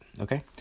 okay